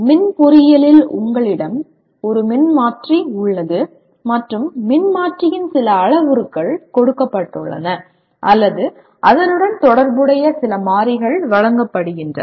மின் பொறியியலில் உங்களிடம் ஒரு மின்மாற்றி உள்ளது மற்றும் மின்மாற்றியின் சில அளவுருக்கள் கொடுக்கப்பட்டுள்ளன அல்லது அதனுடன் தொடர்புடைய சில மாறிகள் வழங்கப்படுகின்றன